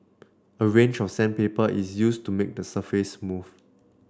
a range of sandpaper is used to make the surface smooth